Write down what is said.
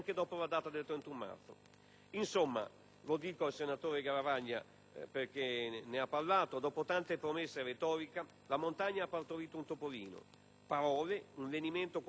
Insomma, lo dico al senatore Garavaglia che ne ha parlato, dopo tante promesse e retorica, la montagna ha partorito un topolino: parole, un lenimento quasi fosse la coperta di Linus.